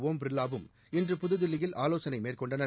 ஒம் பிர்லாவும் இன்று புதுதில்லியில் ஆலோசனை மேற்கொண்டனர்